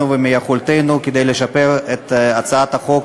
ומיכולתנו כדי לשפר את הצעת החוק,